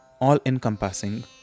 all-encompassing